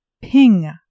ping